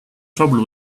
trouble